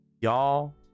y'all